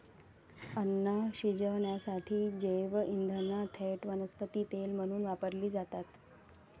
अन्न शिजवण्यासाठी जैवइंधने थेट वनस्पती तेल म्हणून वापरली जातात